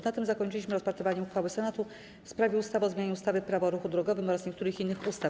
Na tym zakończyliśmy rozpatrywanie uchwały Senatu w sprawie ustawy o zmianie ustawy - Prawo o ruchu drogowym oraz niektórych innych ustaw.